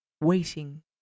waiting